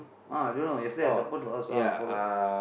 ah I don't know yesterday I suppose to ask ah forgot